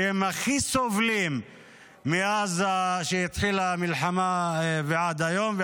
שהם הכי סובלים מאז שהתחילה המלחמה ועד היום.